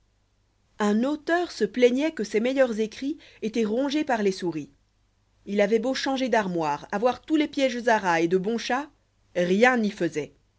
un auteur se plaignoit que ses meilleurs écrit étoicnt rongés par les souris il avoit beau changer d'armoire avoir lous los pièges à rats et de bons chats rien n'y faisoit